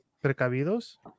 precavidos